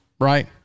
right